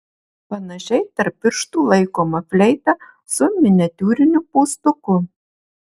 panašiai tarp pirštų laikoma fleita su miniatiūriniu pūstuku